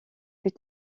plus